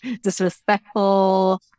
Disrespectful